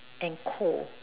and cool